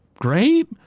great